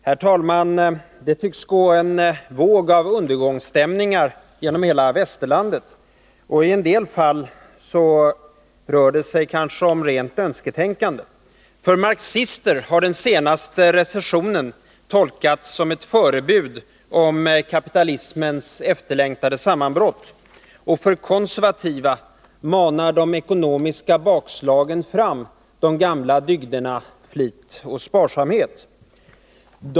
Herr talman! Det tycks gå en våg av undergångsstämningar genom hela västerlandet. I en del fall rör det sig kanske om rent önsketänkande. Av marxister har den senaste recessionen tolkats som ett förebud om kapitalismens efterlängtade sammanbrott, och för konservativa manar de ekonomiska bakslagen fram de gamla dygderna flit och sparsamhet.